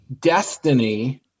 destiny